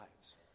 lives